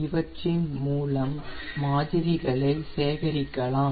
இவற்றின் மூலம் மாதிரிகளை சேகரிக்கலாம்